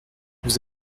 vous